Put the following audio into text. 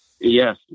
Yes